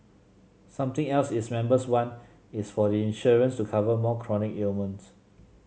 something else its members want is for the insurance to cover more chronic ailments